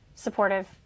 supportive